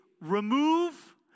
remove